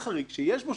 שיש בו שינויים,